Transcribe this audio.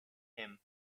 him